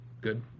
good